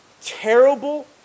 terrible